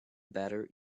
butter